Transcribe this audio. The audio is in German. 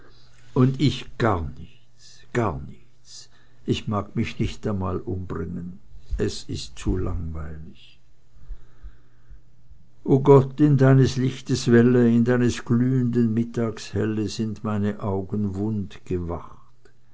und ich gar nichts gar nichts ich mag mich nicht einmal umbringen es ist zu langweilig o gott in deines lichtes welle in deines glühnden mittags helle sind meine augen wund gewacht